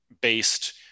based